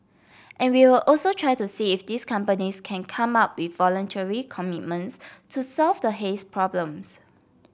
and we'll also try to see if these companies can come up with voluntary commitments to solve the haze problems